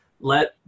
Let